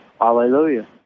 hallelujah